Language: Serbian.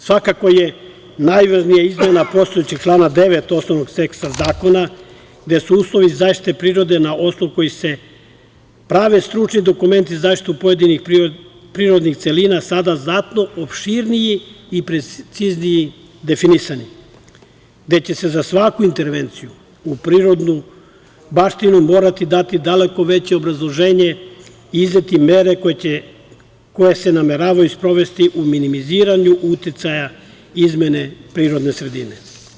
Svakako je najvažnija izmena postojećeg člana 9. osnovnog teksta zakona, gde su uslovi zaštite prirode na osnovu kojih se prave stručni dokumenti za zaštitu pojedinih prirodnih celina sada znatno opširniji i preciznije definisani, gde će se za svaku intervenciju u prirodnu baštinu morati dati daleko veće obrazloženje, izdati mere koje se nameravaju sprovesti u minimiziranju uticaja izmene prirodne sredine.